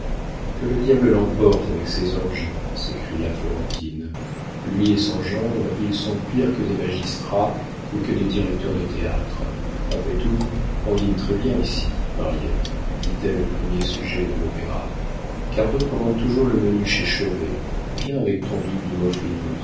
que le diable l'emporte avec ses orgies s'écria florentine lui et son gendre ils sont pires que des magistrats ou que des directeurs de théâtre après tout on dîne très bien ici mariette dit-elle au premier sujet de l'opéra cardot commande toujours le menu chez chevet viens avec ton duc de